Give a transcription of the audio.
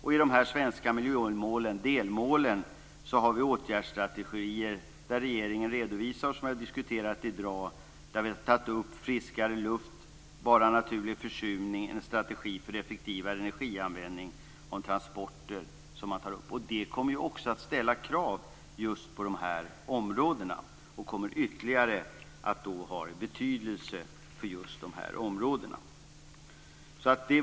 I de svenska delmålen har vi åtgärdsstrategier som regeringen redovisar, vilka vi har diskuterat i dag. Man tar upp friskare luft, bara naturlig försurning, en strategi för en effektivare energianvändning och transporter. Det kommer också att ställa krav på dessa områden och kommer ytterligare att ha betydelse på just dessa områden.